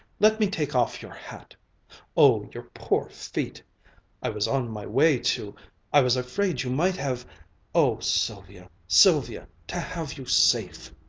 let me take off your hat oh, your poor feet i was on my way to i was afraid you might have oh, sylvia, sylvia, to have you safe!